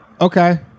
okay